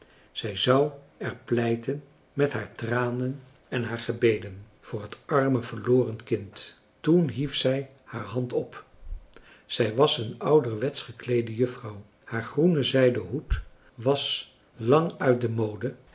zij zou er pleiten met haar tranen en haar gebeden voor het arme verloren kind toen hief zij haar hand op zij was een ouderwetsch gekleede juffrouw haar groene zijden hoed was lang uit de mode